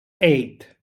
eight